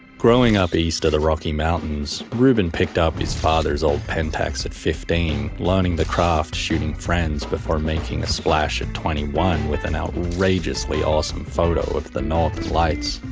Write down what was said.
growing up east of the rocky mountains, reuben picked up his father's old pentax at fifteen, learning the craft shooting friends before making a splash at twenty one with an outrageously awesome photo of the northern lights.